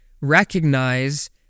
recognize